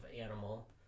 animal